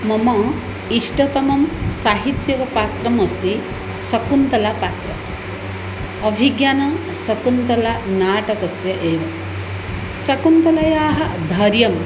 मम इष्टतमसाहित्यिकपात्रमस्ति शकुन्तलापात्रम् अभिज्ञानशाकुन्तलनाटकस्य एव शकुन्तलायाः धैर्यं